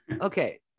Okay